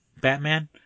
Batman